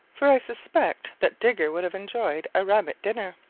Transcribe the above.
for i suspect that digger would have enjoyed a rabbit dinner.